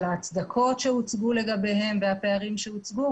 ההצדקות שהוצגו לגביהם והפערים שהוצגו,